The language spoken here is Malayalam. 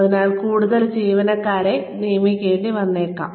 അതിനാൽ കൂടുതൽ ജീവനക്കാരെ നിയമിക്കേണ്ടി വന്നേക്കാം